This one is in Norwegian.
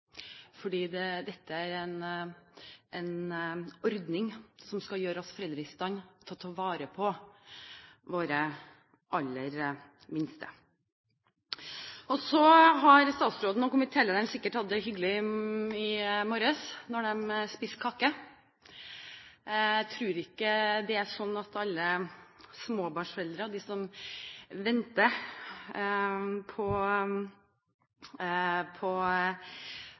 dette er en ordning som skal gjøre oss foreldre i stand til å ta vare på våre aller minste. Statsråden og komitélederen har sikkert hatt det hyggelig i morges, da de spiste kake. Jeg tror ikke det er sånn at alle småbarnsforeldre og de som venter på